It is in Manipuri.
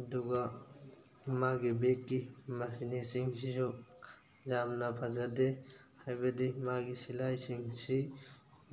ꯑꯗꯨꯒ ꯃꯥꯒꯤ ꯕꯦꯛꯀꯤ ꯁꯤꯁꯨ ꯌꯥꯝꯅ ꯐꯖꯗꯦ ꯍꯥꯏꯕꯗꯤ ꯃꯥꯒꯤ ꯁꯤꯜꯂꯥꯏ ꯁꯤꯡꯁꯤ